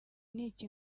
n’iki